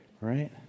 right